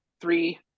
three